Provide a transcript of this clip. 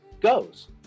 goes